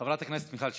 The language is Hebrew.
חברת הכנסת מיכל שיר.